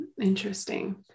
Interesting